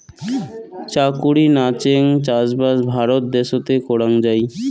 চাকুরি নাচেঙ চাষবাস ভারত দ্যাশোতে করাং যাই